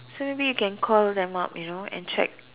so maybe you can call them up you know and check